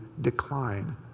decline